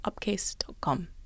upcase.com